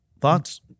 Thoughts